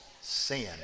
sin